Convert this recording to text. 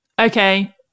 Okay